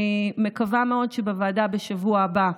אני מקווה מאוד שבוועדה, בשבוע הבא,